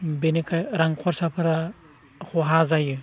बेनिखाय रां खरसाफोरा खहा जायो